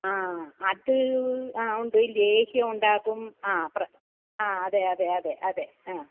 ആ അത് ആ ഉണ്ട് ലേഹ്യമുണ്ടാക്കും ആ ആ അതെ അതെ അതെ അതെ ആ